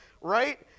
right